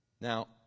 Now